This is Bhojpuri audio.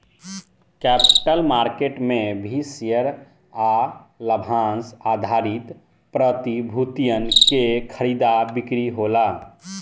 कैपिटल मार्केट में भी शेयर आ लाभांस आधारित प्रतिभूतियन के खरीदा बिक्री होला